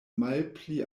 malpli